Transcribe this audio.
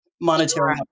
monetary